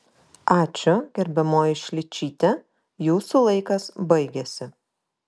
ačiū gerbiamoji šličyte jūsų laikas baigėsi